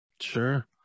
Sure